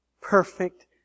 perfect